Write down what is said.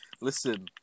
listen